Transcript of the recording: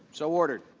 so ordered.